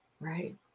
right